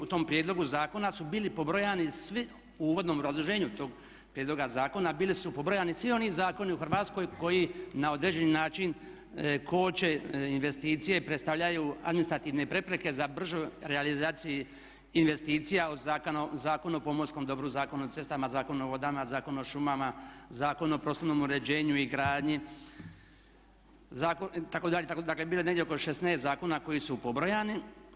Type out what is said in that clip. U tom prijedlogu zakona su bili pobrojani svi, u uvodnom obrazloženju toga prijedloga zakona bili su pobrojani svi oni zakoni u Hrvatskoj koji na određeni način koče investicije i predstavljaju administrativne prepreke za bržu realizaciju investicija od Zakona o pomorskom dobru, Zakona o cestama, Zakona o vodama, Zakona o šumama, Zakona o prostornom uređenju i gradnji itd., itd., dakle bilo je negdje oko 16 zakona koji su pobrojani.